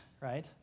right